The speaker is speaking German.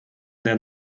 der